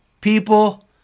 People